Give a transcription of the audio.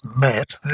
met